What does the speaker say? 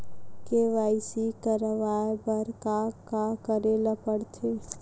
KYC करवाय बर का का करे ल पड़थे?